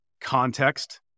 context